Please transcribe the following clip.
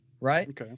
right